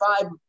five